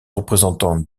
représentante